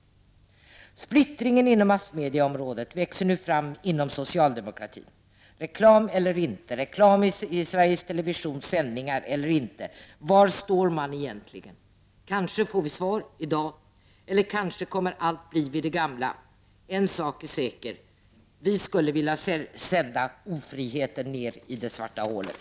Splittringen inom massmediaområdet växer nu fram inom socialdemokratin. Reklam eller inte, reklam i Sveriges Televisions sändningar eller inte — var står man egentligen? Kanske får vi svar i dag, eller kanske kommer allt att bli vid det gamla. En sak är säker — vi skulle vilja sända ofriheten ned i det svarta hålet.